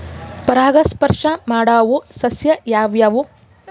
ಪರಾಗಸ್ಪರ್ಶ ಮಾಡಾವು ಸಸ್ಯ ಯಾವ್ಯಾವು?